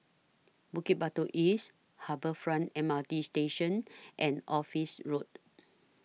Bukit Batok East Harbour Front M R T Station and Office Road